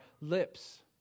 lips